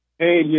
Hey